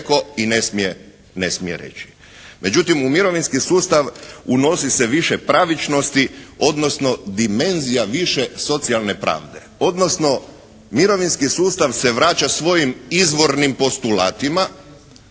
mirovinski sustav se vraća svojim izvornim postulatima